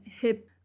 hip